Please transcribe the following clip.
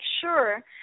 sure